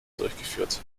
durchgeführt